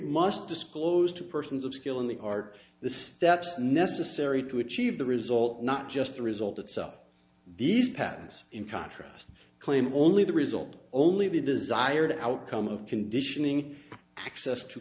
must disclose to persons of skill in the heart the steps necessary to achieve the result not just the result itself these patents in contrast claimed only the result only the desired outcome of conditioning access to